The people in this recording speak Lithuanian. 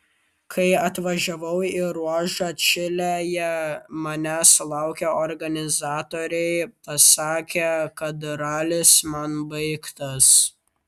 kai atvažiavau į ruožą čilėje manęs laukę organizatoriai pasakė kad ralis man baigtas